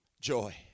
joy